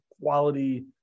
quality